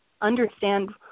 understand